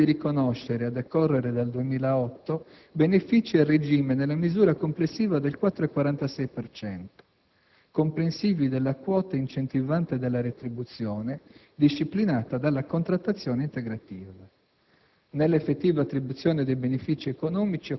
per gli anni 2007 e 2008 consente di riconoscere, a decorrere dal 2008, benefici a regime nella misura complessiva del 4,46 per cento, comprensivi della quota incentivante della retribuzione, disciplinata dalla contrattazione integrativa.